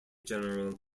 general